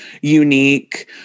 unique